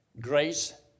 grace